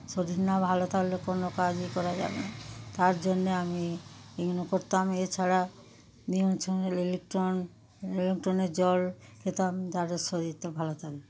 শরীর না ভালো থাকলে কোনো কাজই করা যাবে না তার জন্যে আমি এগুলো করতাম এছাড়া ইলেকট্রাল ইলেকট্রালের জল খেতাম যাতে শরীরটা ভালো থাকে